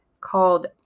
called